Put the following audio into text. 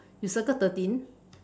you circled thirteen